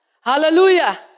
hallelujah